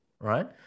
Right